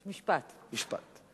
משפט.